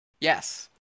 Yes